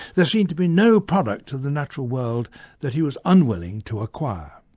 there seems to be no product of the natural world that he was unwilling to acquire.